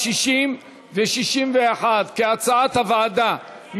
ו-61, כהצעת הוועדה.